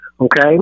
okay